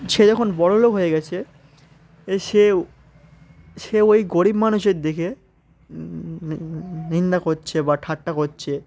সে যখন বড়লোক হয়ে গিয়েছে এ সে সে ওই গরিব মানুষের দেখে নিন্দা করছে বা ঠাট্টা করছে